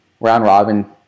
round-robin